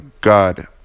God